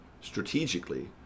strategically